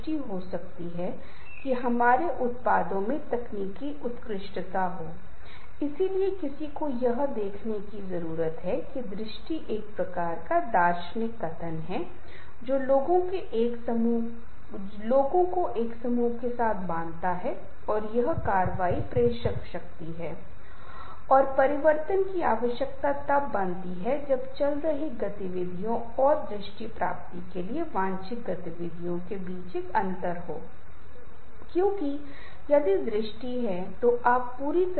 यह बहुत सरल है आपको पहल करनी होगी यदि आप चाहते हैं कि आपके पास संबंध हो आपके कुछ दोस्त बने आप कुछ ऐसे सहयोगियों के साथ कुछ अच्छे संबंध चाहते हैं जिनके बारे में आपको लगता है कि वह बहुत सहायक हो सकता है या वे प्रकृति में बहुत अच्छे हैं या यदि आप किसी आध्यात्मिक गुरु शिक्षक के साथ कुछ संबंध विकसित करना चाहते हैं तो किसी को कुछ प्रयास करने होंगे जिसका अर्थ है हमें बात करनी होगी